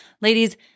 ladies